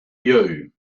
you